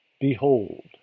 Behold